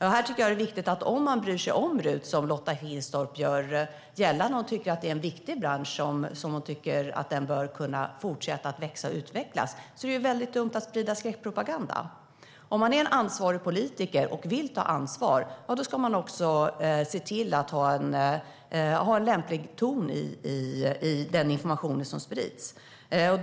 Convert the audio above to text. Om Lotta Finstorp bryr sig om RUT och tycker att det är en viktig bransch som bör kunna fortsätta växa och utvecklas är det dumt att sprida skräckpropaganda. Är man en ansvarig politiker bör man ha en lämplig ton i den information som man sprider.